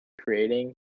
creating